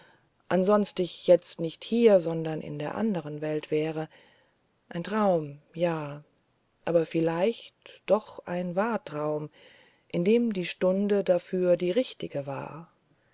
ich jetzt nicht hier sondern in der anderen welt wäre ein traum ja aber vielleicht doch ein wahrtraum wie denn die stunde dafür die richtige war